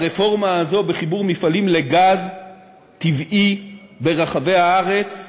הרפורמה הזאת, בחיבור מפעלים לגז טבעי ברחבי הארץ,